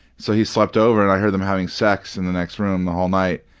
so, he slept over and i heard them having sex in the next room the whole night,